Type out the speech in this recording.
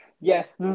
yes